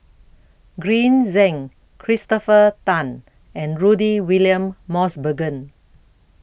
Green Zeng Christopher Tan and Rudy William Mosbergen